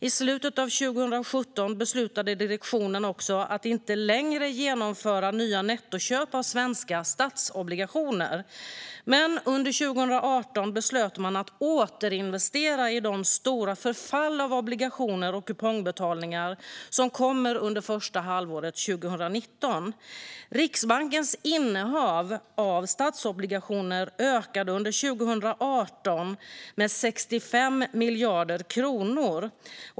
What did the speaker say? I slutet av 2017 beslutade direktionen att inte längre genomföra nya nettoköp av svenska statsobligationer. Men man beslutade under 2018 att återinvestera de stora förfall av obligationer och kupongbetalningar som skulle komma under första halvåret 2019. Riksbankens innehav av statsobligationer ökade under 2018 med 65 miljarder kronor.